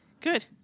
good